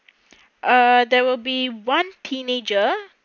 uh there will be one teenager